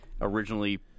Originally